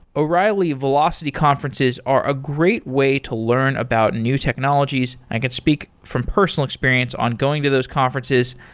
o'reilly velocity conferences are a great way to learn about new technologies. i can speak from personal experience on going to those conferences.